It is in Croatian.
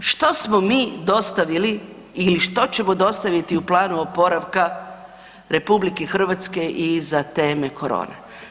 Što smo mi dostavili ili što ćemo dostaviti u planu oporavka RH iza teme korona?